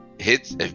hits